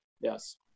yes